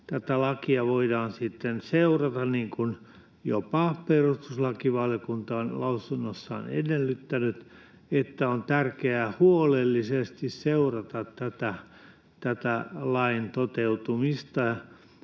tätä lakia voidaan sitten seurata — niin kuin jopa perustuslakivaliokunta on lausunnossaan edellyttänyt, että on tärkeää huolellisesti seurata tätä lain toteutumista